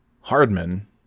Hardman